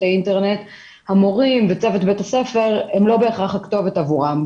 האינטרנט המורים וצוות בית הספר הם לא בהכרח הכתובת עבורם.